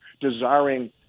desiring